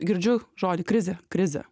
girdžiu žodį krizė krizė